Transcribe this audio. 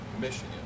Michigan